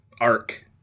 arc